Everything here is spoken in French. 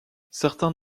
certains